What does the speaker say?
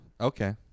Okay